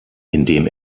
indem